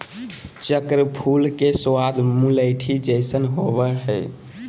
चक्र फूल के स्वाद मुलैठी जइसन होबा हइ